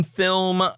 film